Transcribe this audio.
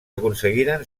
aconseguiren